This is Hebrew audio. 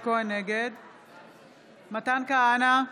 נגד מתן כהנא,